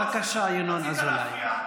בבקשה, ינון אזולאי.